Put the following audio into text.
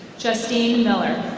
justine miller.